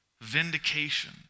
Vindication